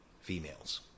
females